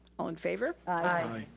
all in favor? aye.